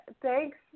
thanks